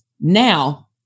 now